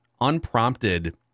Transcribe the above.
unprompted